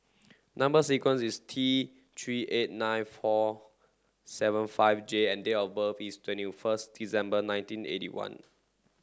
number sequence is T three eight nine four seven five J and date of birth is twenty first December nineteen eighty one